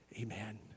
amen